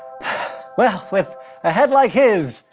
well, with a head like his,